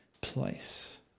place